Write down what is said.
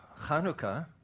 Hanukkah